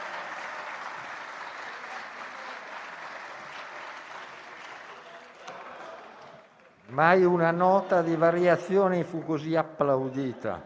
Mai una Nota di variazioni fu così applaudita.